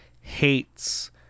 hates